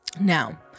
Now